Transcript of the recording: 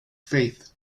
faith